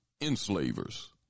enslavers